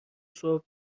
صبح